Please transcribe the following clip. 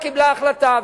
הממשלה קיבלה החלטה,